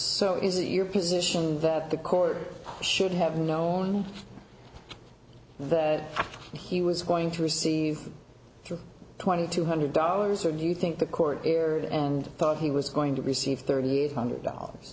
so is it your position that the court should have known that he was going to see through twenty two hundred dollars or do you think the court and thought he was going to receive thirty eight hundred dollars